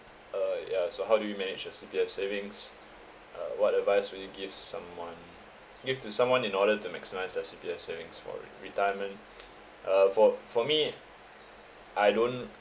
uh ya so how do you manage your C_P_F savings uh what advice would you give someone give to someone in order to maximise their C_P_F savings for re~ retirement uh for for me I don't